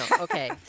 Okay